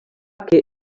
que